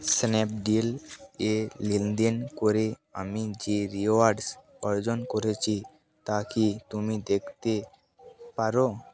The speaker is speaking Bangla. স্ন্যাপডিল এ লেনদেন করে আমি যে রিওয়ার্ডস অর্জন করেছি তা কি তুমি দেখতে পার